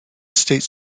states